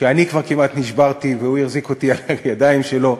שאני כבר כמעט נשברתי והוא החזיק אותי על הידיים שלו,